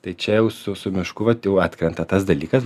tai čia jau su su mišku vat jau atkrenta tas dalykas